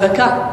אבל דקה.